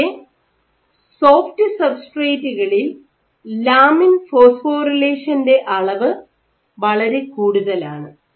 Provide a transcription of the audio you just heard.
പക്ഷെ സോഫ്റ്റ് സബ്സ്ട്രേറ്റുകളിൽ ലാമിൻ ഫോസ്ഫോറിലേഷന്റെ അളവ് വളരെ കൂടുതലാണ്